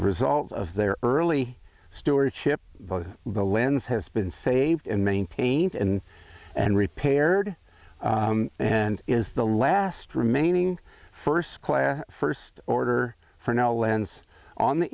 result of their early stewardship both the lens has been saved and maintained and and repaired and is the last remaining first class first order for no lands on the